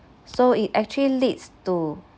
so it actually leads to